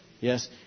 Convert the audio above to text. Yes